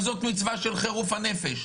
ברשותכם,